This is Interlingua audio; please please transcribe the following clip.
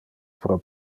pro